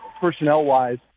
personnel-wise